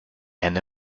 henne